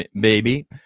baby